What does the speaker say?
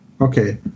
Okay